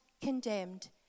condemned